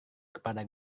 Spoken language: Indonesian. kepada